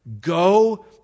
Go